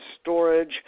storage